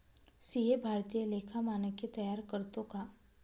CA भारतीय लेखा मानके तयार करतो का